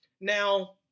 Now